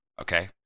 okay